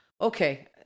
okay